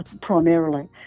primarily